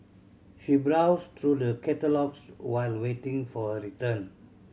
she browsed through the catalogues while waiting for her return